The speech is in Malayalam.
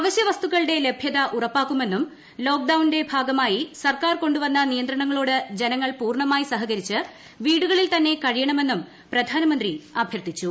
അവശ്യ വസ്തുക്കളുടെ ലഭൃത ഉറപ്പാക്കുമെന്നും ലോക്ഡൌന്റെ ഭാഗമായി സർക്കാർ കൊണ്ടു വന്ന നിയന്ത്രണങ്ങളോട് ജനങ്ങൾ പൂർണമായി സഹകരിച്ച് വീടുകളിൽ തന്നെ കഴിയണമെന്നും പ്രധാനമന്ത്രി അഭ്യർത്ഥിച്ചു